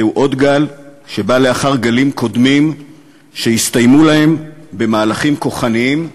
זהו עוד גל שבא לאחר גלים קודמים שהסתיימו להם במהלכים כוחניים,